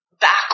back